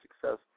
success